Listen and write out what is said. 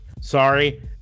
Sorry